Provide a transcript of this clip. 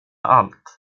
allt